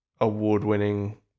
award-winning